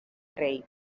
rei